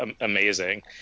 amazing